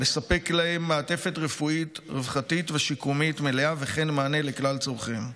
לספק להם מעטפת רפואית רווחתית ושיקומית מלאה וכן מענה לכלל צורכיהם.